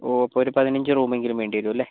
ഓ അപ്പോൾ ഒരു പതിനഞ്ച് റൂം എങ്കിലും വേണ്ടിവരും അല്ലേ